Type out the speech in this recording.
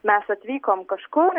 mes atvykom kažkur